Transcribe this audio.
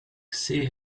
she